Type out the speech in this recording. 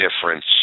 difference